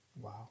Wow